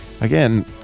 Again